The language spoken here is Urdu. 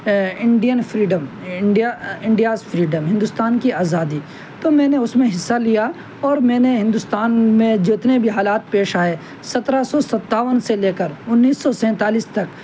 Indian freedom India India's freedom Hindustan کی آزادی تو میں نے اس میں حصہ لیا اور میں نے ہندوستان میں جتنے بھی حالات پیش آئے سترہ سو ستاون سے لے کر انیس سو سینتالیس تک